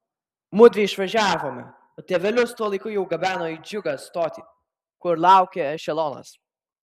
mudvi išvažiavome o tėvelius tuo laiku jau gabeno į džiugą stotį kur laukė ešelonas